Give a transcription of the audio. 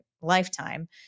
lifetime